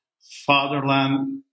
fatherland